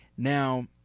Now